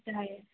चालेल